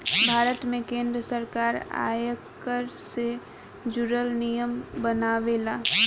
भारत में केंद्र सरकार आयकर से जुरल नियम बनावेला